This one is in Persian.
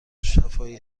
شفاهی